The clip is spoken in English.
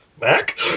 Mac